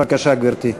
בבקשה, גברתי.